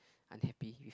unhappy with